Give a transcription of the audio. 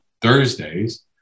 Thursdays